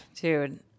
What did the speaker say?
dude